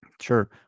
Sure